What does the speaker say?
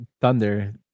Thunder